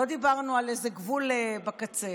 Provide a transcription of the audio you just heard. לא דיברנו על איזה גבול בקצה.